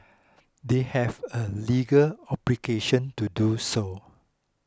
they have a legal obligation to do so